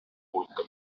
hulka